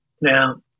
Now